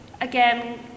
again